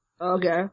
Okay